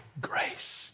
grace